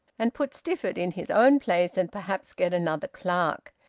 and put stifford in his own place and perhaps get another clerk.